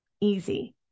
easy